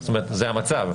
מהר,